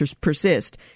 persist